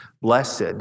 Blessed